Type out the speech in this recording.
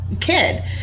kid